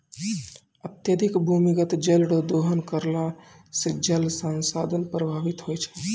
अत्यधिक भूमिगत जल रो दोहन करला से जल संसाधन प्रभावित होय छै